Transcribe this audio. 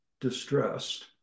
distressed